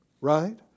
right